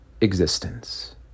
existence